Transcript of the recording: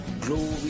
glory